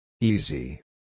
easy